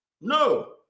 No